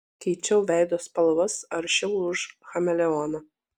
keičiau veido spalvas aršiau už chameleoną